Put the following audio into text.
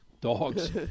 dogs